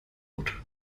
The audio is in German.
rot